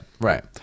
right